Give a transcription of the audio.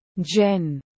Jen